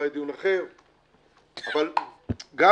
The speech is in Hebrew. מחר יהיה דיון אחר.